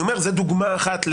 זו דוגמה אחת.